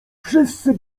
wszyscy